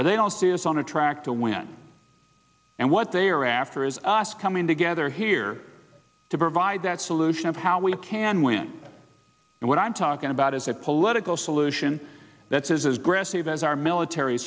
but they don't see it on a track to win and what they are after is us coming together here to provide that solution of how we can win and what i'm talking about is a political solution that is gravity that is our military